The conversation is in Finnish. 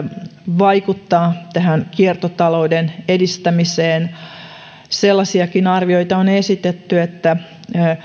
vaikuttaa kiertotalouden edistämiseen sellaisiakin arvioita on esitetty että